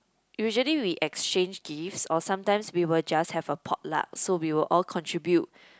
usually we exchange gifts or sometimes we will just have a potluck so we will all contribute